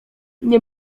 nie